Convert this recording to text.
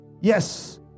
Yes